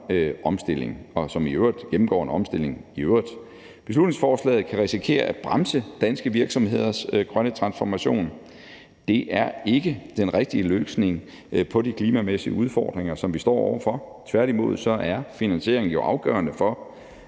omstilling, og som gennemgår en omstilling i øvrigt. Beslutningsforslaget kan risikere at bremse danske virksomheders grønne transformation. Det er ikke den rigtige løsning på de klimamæssige udfordringer, som vi står over for. Tværtimod er finansiering jo afgørende for,